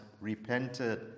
repented